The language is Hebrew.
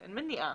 אין מניעה.